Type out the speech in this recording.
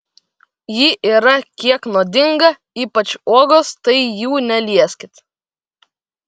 ji yra kiek nuodinga ypač uogos tai jų nelieskit